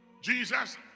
Jesus